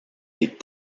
les